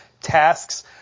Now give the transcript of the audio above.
tasks